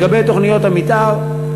לגבי תוכניות המתאר,